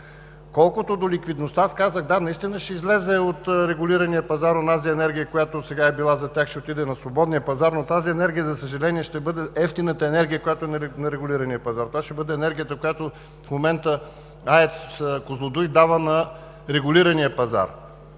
Колкото до ликвидността, аз казах – да, наистина ще излезе от регулирания пазар – онази енергия, която сега е била за тях, ще отиде на свободния пазар, но тази енергия, за съжаление, ще бъде евтината енергия, която е на регулирания пазар. Това ще бъде енергията, която в момента АЕЦ „Козлодуй“ дава на регулирания пазар.